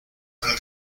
von